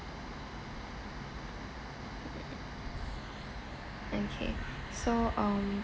okay so um